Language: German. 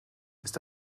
ist